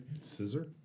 scissor